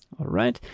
alright.